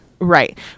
Right